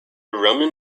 roman